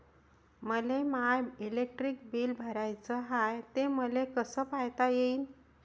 मले my electric bill भराचं हाय, ते मले कस पायता येईन?